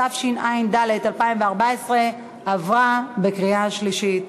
התשע"ד 2014, עברה בקריאה שלישית.